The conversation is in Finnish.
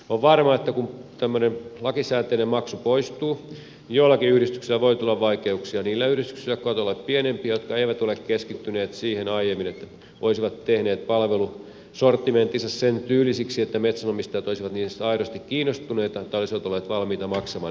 olen varma että kun tämmöinen lakisääteinen maksu poistuu joillakin yhdistyksillä voi tulla vaikeuksia niillä yhdistyksillä jotka ovat olleet pienempiä jotka eivät ole keskittyneet aiemmin siihen että olisivat tehneet palvelusortimenttinsa sen tyylisiksi että metsänomistajat olisivat niistä aidosti kiinnostuneita tai olisivat olleet valmiita maksamaan niistä palveluista